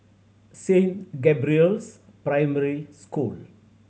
Saint Gabriel's Primary School